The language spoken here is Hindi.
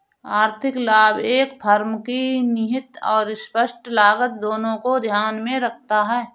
आर्थिक लाभ एक फर्म की निहित और स्पष्ट लागत दोनों को ध्यान में रखता है